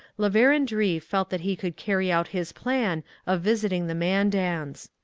la verendrye felt that he could carry out his plan of visiting the mandans.